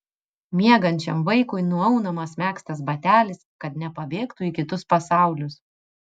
miegančiam vaikui nuaunamas megztas batelis kad nepabėgtų į kitus pasaulius